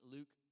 Luke